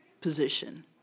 position